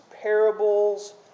parables